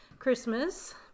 Christmas